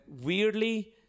weirdly